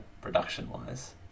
production-wise